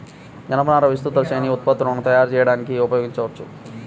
జనపనారను విస్తృత శ్రేణి ఉత్పత్తులను తయారు చేయడానికి ఉపయోగించవచ్చు